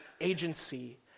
agency